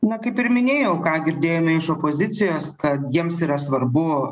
na kaip ir minėjau ką girdėjome iš opozicijos kad jiems yra svarbu